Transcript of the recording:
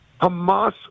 Hamas